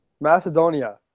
Macedonia